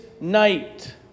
night